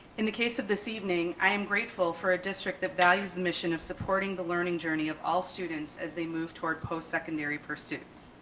in the case of this evening, i am grateful for a district that values the mission of supporting the learning journey of all students as they move toward post-secondary pursuits.